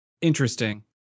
interesting